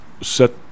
set